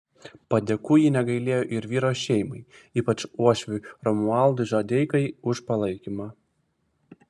padėkų ji negailėjo ir vyro šeimai ypač uošviui romualdui žadeikai už palaikymą